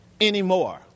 anymore